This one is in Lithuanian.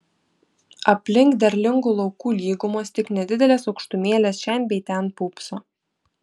aplink derlingų laukų lygumos tik nedidelės aukštumėlės šen bei ten pūpso